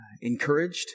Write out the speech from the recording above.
encouraged